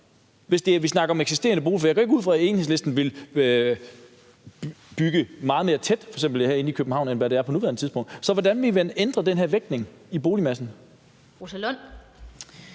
så? Vi snakker vel om eksisterende boliger, for jeg går ikke ud fra, at Enhedslisten vil bygge meget mere tæt, f.eks. herinde i København, end hvad det er på nuværende tidspunkt. Så hvordan vil man ændre den her vægtning i boligmassen?